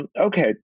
Okay